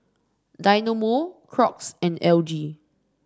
Dynamo Crocs and L G